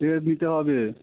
ইয়ে দিতে হবে